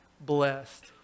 blessed